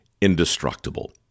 indestructible